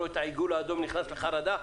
רואה את העיגול האדום נכנס לחרדה,